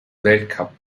weltcup